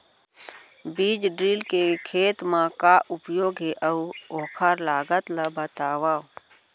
बीज ड्रिल के खेत मा का उपयोग हे, अऊ ओखर लागत ला बतावव?